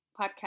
podcast